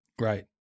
Right